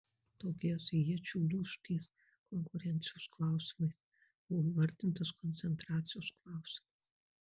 daugiausiai iečių lūš ties konkurencijos klausimais buvo įvardintas koncentracijos klausimas